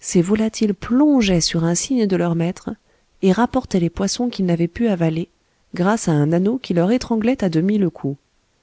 ces volatiles plongeaient sur un signe de leur maître et rapportaient les poissons qu'ils n'avaient pu avaler grâce à un anneau qui leur étranglait à demi le cou